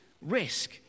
risk